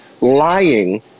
lying